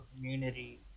community